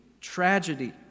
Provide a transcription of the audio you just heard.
tragedy